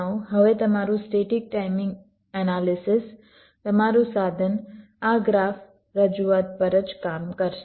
હવે તમારું static time analysis તમારું સાધન આ ગ્રાફ રજૂઆત પર જ કામ કરશે